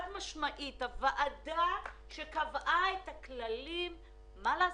הוועדה שקבעה את הכללים - מה לעשות,